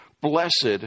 Blessed